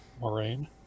Moraine